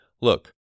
Look